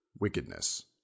wickedness